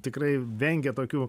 tikrai vengė tokių